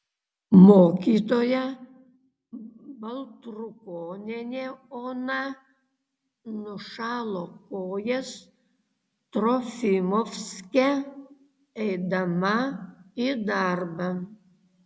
mokytoja baltrukonienė ona nušalo kojas trofimovske eidama į darbą